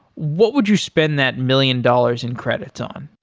what would you spend that million dollars in credits on?